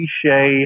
cliche